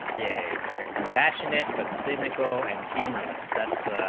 yeah they are compassionate but cfo and humorless that's